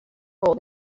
role